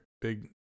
big